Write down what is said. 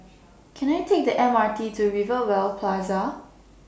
Can I Take The M R T to Rivervale Plaza